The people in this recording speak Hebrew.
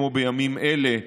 כמו בימים אלה,